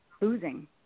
losing